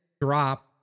drop